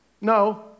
No